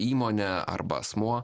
įmonę arba asmuo